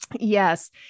Yes